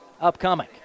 upcoming